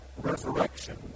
resurrection